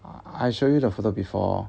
I show you the photo before